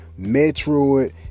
metroid